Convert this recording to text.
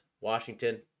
washington